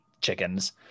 chickens